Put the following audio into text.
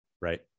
right